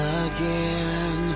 again